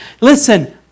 listen